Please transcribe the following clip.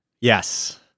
Yes